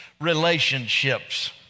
relationships